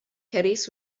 caddies